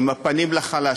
עם הפנים לחלש,